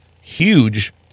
huge